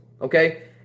okay